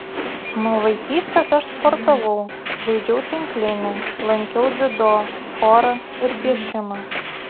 nuo vaikystės aš sportavau žaidžiau tinklinį lankiau dziudo chorą ir piešimą